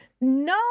no